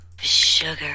Sugar